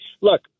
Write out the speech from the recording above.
look